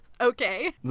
Okay